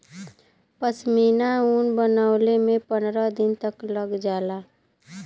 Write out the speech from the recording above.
पश्मीना ऊन बनवले में पनरह दिन तक लग जाला